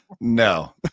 No